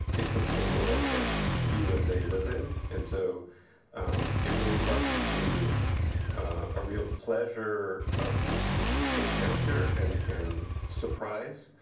it's the same world that you and they live in. and so it really brought me to a real pleasure of encounter, and and surprise.